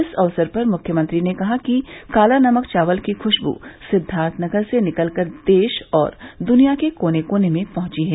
इस अवसर पर मुख्यमंत्री ने कहा कि काला नमक चावल की खुशबू सिद्दार्थनगर से निकलकर देश और दुनिया के कोने कोने में पहुंची है